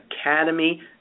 Academy